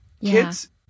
kids